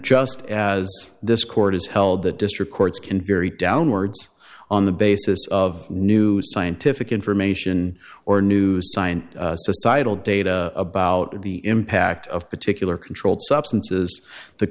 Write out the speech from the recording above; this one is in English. just as this court has held that district courts can vary downwards on the basis of new scientific information or new sign societal data about the impact of particular controlled substances the